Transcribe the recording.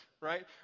right